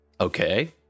Okay